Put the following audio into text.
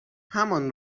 همان